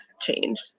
change